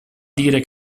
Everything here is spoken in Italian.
dire